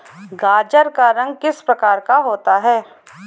गाजर का रंग किस प्रकार का होता है?